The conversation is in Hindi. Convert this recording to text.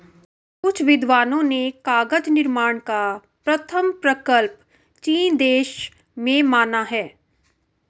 कुछ विद्वानों ने कागज निर्माण का प्रथम प्रकल्प चीन देश में माना है